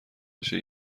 بشه